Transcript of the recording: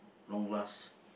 long last